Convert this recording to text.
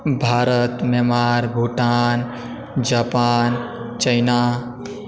Bharat Myanmar Bhutan Japan China